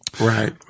Right